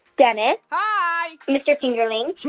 dennis. hi. mr. fingerling.